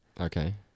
Okay